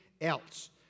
else